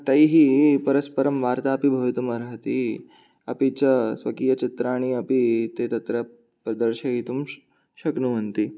तैः परस्परं वार्तापि भवितुमर्हति अपि च स्वकीयचित्राणि अपि ते तत्र प्रदर्शयितुं श शक्नुवन्ति